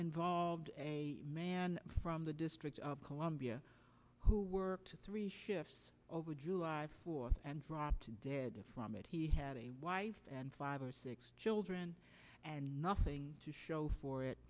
involved a man from the district of columbia who worked three shifts over july fourth and for op to dead from it he had a wife and five or six children and nothing to show for it